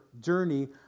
journey